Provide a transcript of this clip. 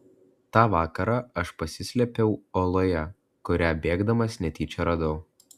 tą vakarą aš pasislėpiau uoloje kurią bėgdamas netyčia radau